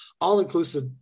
all-inclusive